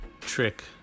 trick